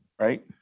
right